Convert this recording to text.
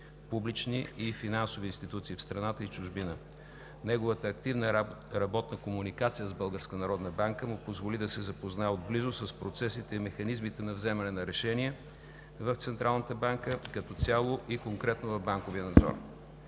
публични и финансови институции в страната и чужбина. Неговата активна работна комуникация с Българската народна банка му позволи да се запознае отблизо с процесите и механизмите на вземане на решения в Централната банка като цяло и конкретно в банковия надзор.